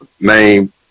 name